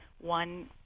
one